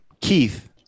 Keith